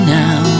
now